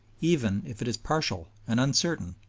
even if it is partial and uncertain,